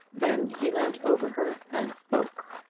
then he leant over her and spoke.